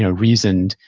ah reasoned,